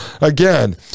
again